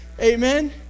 amen